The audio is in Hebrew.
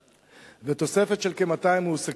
ותוספת של כ-200 מועסקים.